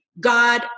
God